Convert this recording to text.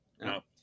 No